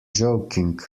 joking